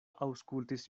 aŭskultis